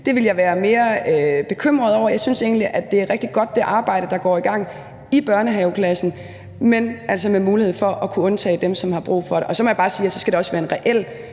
ville jeg være mere bekymret over. Jeg synes egentlig, det arbejde, der går i gang i børnehaveklassen, er rigtig godt, men der skal være mulighed for at undtage dem, som har brug for det. Og så må jeg bare sige, at så skal der også være en reel